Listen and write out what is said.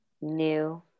New